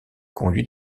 conduit